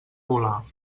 volar